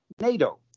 NATO